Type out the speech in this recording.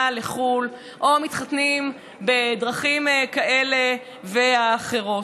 לחו"ל או מתחתנים בדרכים כאלה ואחרות.